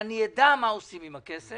אני העליתי את זה בפני מנכ"ל משרד ראש הממשלה.